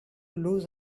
lose